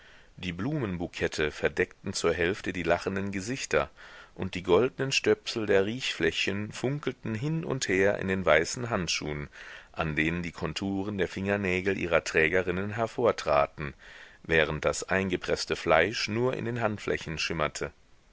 die blumenbukette verdeckten zur hälfte die lachenden gesichter und die goldnen stöpsel der riechfläschchen funkelten hin und her in den weißen handschuhen an denen die konturen der fingernägel ihrer trägerinnen hervortraten während das eingepreßte fleisch nur in den handflächen schimmerte